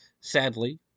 sadly